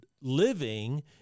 living